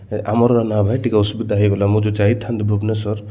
ଆମର ନା ଭାଇ ଟିକିଏ ଅସୁବିଧା ହଅଇଗଲା ମୁଁ ଯେଉଁ ଯାଇଥାନ୍ତି ଭୁବନେଶ୍ଵର